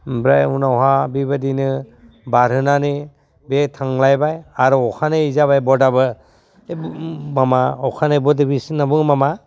ओमफ्राय उनावहा बेबादिनो बारहोनानै बे थांलायबाय आरो अखानायै जाबाय बदाबो माबा अखानायै बेसिनावबो माबा